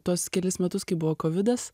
tuos kelis metus kai buvo kovidas